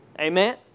Amen